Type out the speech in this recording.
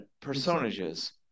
personages